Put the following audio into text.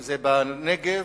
אם בנגב,